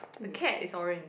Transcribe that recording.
the cat is orange